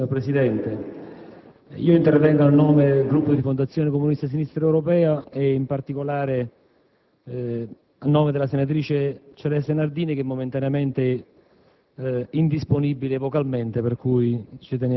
Signor Presidente, intervengo a nome del Gruppo di Rifondazione Comunista-Sinistra Europea e in particolare a nome della senatrice Maria Celeste Nardini, momentaneamente